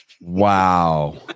Wow